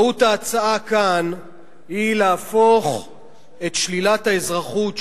מהות ההצעה כאן היא להפוך את שלילת האזרחות,